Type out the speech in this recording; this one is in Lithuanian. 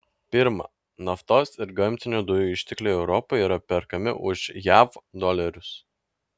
pirma naftos ir gamtinių dujų ištekliai europoje yra perkami už jav dolerius